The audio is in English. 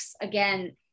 again